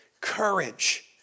courage